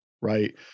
right